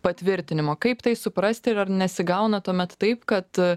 patvirtinimo kaip tai suprasti ir ar nesigauna tuomet taip kad